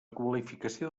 qualificació